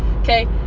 Okay